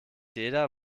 jeder